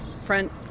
front